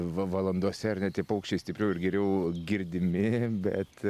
va valandose ar ne tie paukščiai stipriau ir geriau girdimi bet